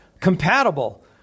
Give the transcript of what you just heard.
compatible